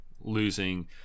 losing